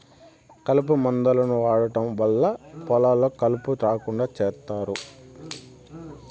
కలుపు మందులను వాడటం వల్ల పొలాల్లో కలుపు రాకుండా చేత్తారు